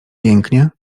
pięknie